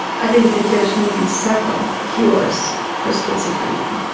i think that there's going to be several cures for schizophrenia.